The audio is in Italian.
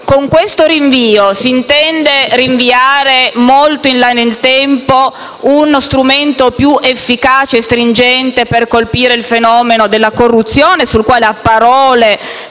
con questo rinvio si intende rinviare molto in là nel tempo uno strumento più efficace e stringente per colpire il fenomeno della corruzione, sul quale a parole sembra